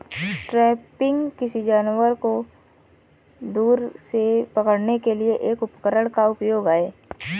trapping, किसी जानवर को दूर से पकड़ने के लिए एक उपकरण का उपयोग है